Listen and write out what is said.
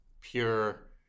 pure